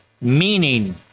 meaning